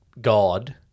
god